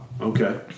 okay